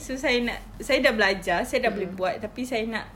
so saya nak saya sudah belajar saya sudah boleh buat tapi saya nak